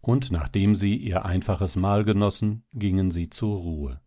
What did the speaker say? und nachdem sie ihr einfaches mahl genossen gingen sie zur ruhe